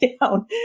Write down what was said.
down